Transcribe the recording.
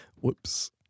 Whoops